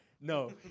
No